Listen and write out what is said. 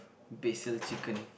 Basil Chicken